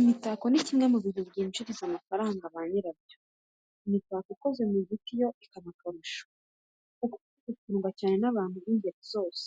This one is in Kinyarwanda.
Imitako ni kimwe mu bintu byinjiriza amafaranga ba nyirabyo, imitako ikoze mu giti yo ikaba akarusho kuko byo bikundwa cyane n'abantu b'ingeri zose.